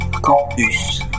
Campus